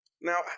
Now